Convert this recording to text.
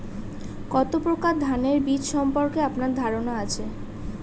কত প্রকার ধানের বীজ সম্পর্কে আপনার ধারণা আছে?